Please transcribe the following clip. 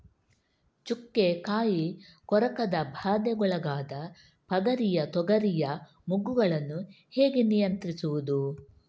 ಚುಕ್ಕೆ ಕಾಯಿ ಕೊರಕದ ಬಾಧೆಗೊಳಗಾದ ಪಗರಿಯ ತೊಗರಿಯ ಮೊಗ್ಗುಗಳನ್ನು ಹೇಗೆ ನಿಯಂತ್ರಿಸುವುದು?